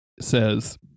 says